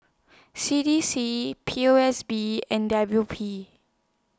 C D C P O S B and W P